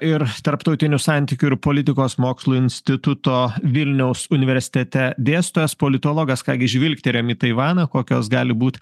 ir tarptautinių santykių ir politikos mokslų instituto vilniaus universitete dėstytojas politologas ką gi žvilgtelėjom į taivaną kokios gali būt